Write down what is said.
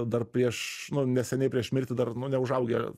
dar prieš nu neseniai prieš mirtį dar nu neužaugę